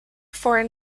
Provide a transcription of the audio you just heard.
foreign